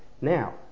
Now